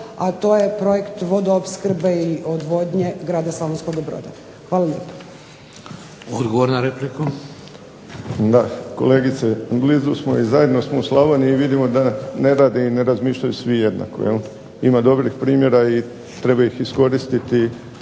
a to je projekt vodoopskrbe ili odvodnje grada Slavonskoga broda. Hvala lijepa. **Šeks, Vladimir (HDZ)** Odgovor na repliku. **Huška, Davor (HDZ)** Da kolegice, blizu smo i zajedno smo u Slavoniji i vidimo da ne radi i ne razmišljaju svi jednako ima dobrih primjera i treba ih iskoristiti